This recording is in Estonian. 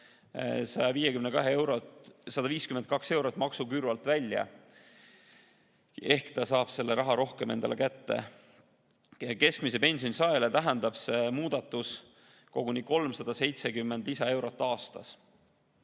152 eurot maksuküüru alt välja ehk ta saab selle raha endale kätte. Keskmise pensioni saajale tähendab see muudatus koguni 370 lisaeurot aastas.